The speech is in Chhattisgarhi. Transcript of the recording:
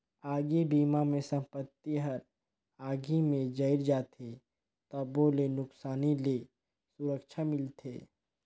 आगी बिमा मे संपत्ति हर आगी मे जईर जाथे तबो ले नुकसानी ले सुरक्छा मिलथे